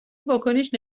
واکنش